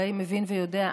הרי מבין ויודע,